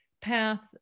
path